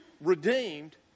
redeemed